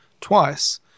twice